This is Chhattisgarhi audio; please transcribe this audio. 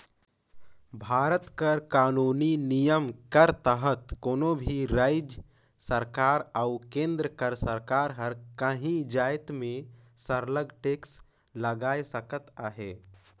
भारत कर कानूनी नियम कर तहत कोनो भी राएज सरकार अउ केन्द्र कर सरकार हर काहीं जाएत में सरलग टेक्स लगाए सकत अहे